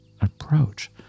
approach